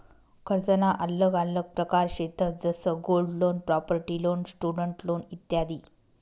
कर्जना आल्लग आल्लग प्रकार शेतंस जसं gold loan, property loan, student loan इत्यादी